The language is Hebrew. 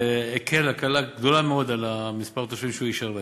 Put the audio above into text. והקל הקלה גדולה מאוד על התושבים שהוא אישר להם.